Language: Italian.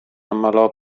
ammalò